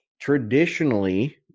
traditionally